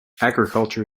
agriculture